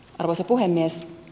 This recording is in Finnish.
arvoisa puhemies